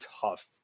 tough